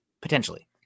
potentially